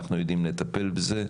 אנחנו יודעים לטפל בזה.